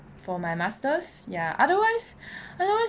for my master's ya otherwise otherwise